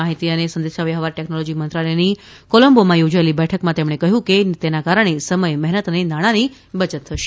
માહિતી અને સંદેશાવ્યવહાર ટેકનોલોજી મંત્રાલયની કોલંબોમાં યોજાએલી બેઠકમાં તેમણે કહ્યું કે તેના કારણે સમય મહેનત અને નાણાંની બચત થશે